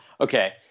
Okay